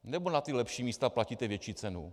Nebo na ta lepší místa platíte větší cenu?